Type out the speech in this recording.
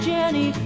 Jenny